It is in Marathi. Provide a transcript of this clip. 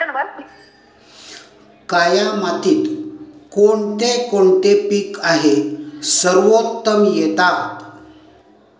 काया मातीत कोणते कोणते पीक आहे सर्वोत्तम येतात?